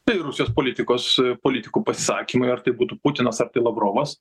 tai rusijos politikos politikų pasisakymai ar tai būtų putinas ar tai lavrovas